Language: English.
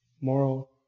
moral